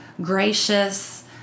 gracious